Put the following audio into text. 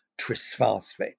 trisphosphate